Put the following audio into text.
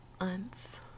aunts